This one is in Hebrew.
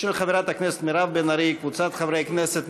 של חברת הכנסת מירב בן ארי וקבוצת חברי כנסת,